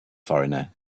foreigner